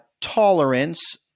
tolerance